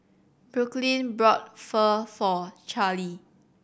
Brooklynn bought Pho for Charlee